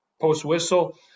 post-whistle